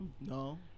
no